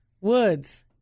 Woods